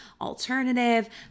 alternative